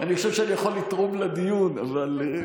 אני חושב שאני יכול לתרום לדיון, אבל,